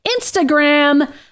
Instagram